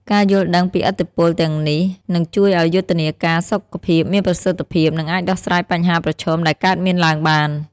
ការយល់ដឹងពីឥទ្ធិពលទាំងនេះនឹងជួយឲ្យយុទ្ធនាការសុខភាពមានប្រសិទ្ធភាព និងអាចដោះស្រាយបញ្ហាប្រឈមដែលកើតមានឡើងបាន។